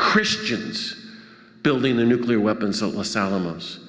christians building the nuclear weapons at los alamos